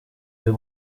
byo